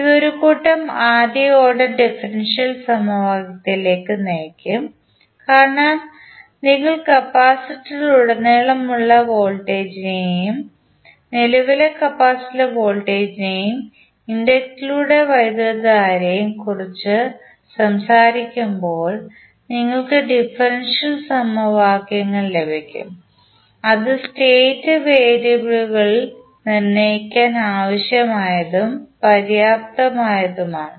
ഇത് ഒരു കൂട്ടം ആദ്യ ഓർഡർ ഡിഫറൻഷ്യൽ സമവാക്യത്തിലേക്ക് നയിക്കും കാരണം നിങ്ങൾ കപ്പാസിറ്ററിലുടനീളമുള്ള വോൾട്ടേജിനെയും നിലവിലെ കപ്പാസിറ്റർലെ വോൾട്ടേജിനെയും ഇൻഡക്റ്ററിലൂടെ വൈദ്യുതധാരയെയും കുറിച്ച് സംസാരിക്കുമ്പോൾ നിങ്ങൾക്ക് ഡിഫറൻഷ്യൽ സമവാക്യങ്ങൾ ലഭിക്കും അത് സ്റ്റേറ്റ് വേരിയബിളുകൾ നിർണ്ണയിക്കാൻ ആവശ്യമായതും പര്യാപ്തവുമാണ്